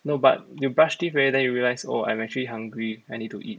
no but you brush teeth already then you realize oh I'm actually hungry I need to eat